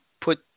put